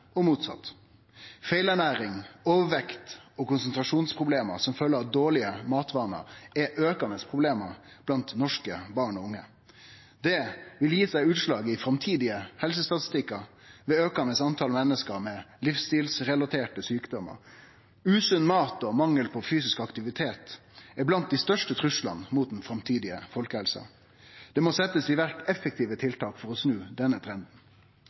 og motsett. Feilernæring, overvekt og konsentrasjonsproblem som følgje av dårlege matvanar er eit aukande problem blant norske barn og unge. Det vil gi seg utslag i framtidige helsestatistikkar med eit aukande tal menneske med livsstilsrelaterte sjukdomar. Usunn mat og mangel på fysisk aktivitet er blant dei største truslane mot den framtidige folkehelsa. Det må setjast i verk effektive tiltak for å snu denne trenden.